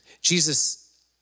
Jesus